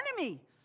enemy